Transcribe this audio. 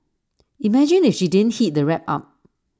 imagine if she didn't heat the wrap up